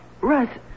Russ